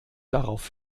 darauf